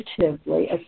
positively